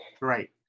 Right